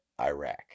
Iraq